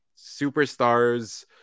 superstars